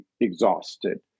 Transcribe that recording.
exhausted